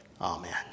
amen